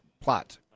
plot